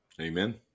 Amen